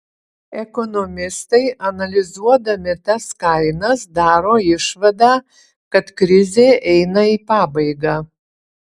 ekonomistai analizuodami tas kainas daro išvadą kad krizė eina į pabaigą